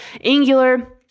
Angular